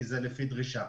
כי זה לפי דרישה.